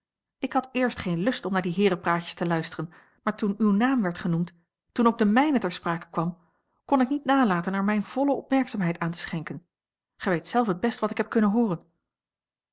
ik had eerst geen lust om naar die heerenpraatjes te luisteren maar toen uw naam werd genoemd toen ook de mijne ter sprake kwam kon ik niet nalaten er mijne volle opmerkzaamheid aan te schenken gij weet zelf het best wat ik heb kunnen hooren